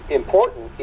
important